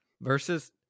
versus